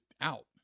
out